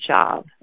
job